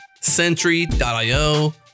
Sentry.io